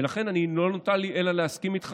ולכן לא נותר לי אלא להסכים איתך,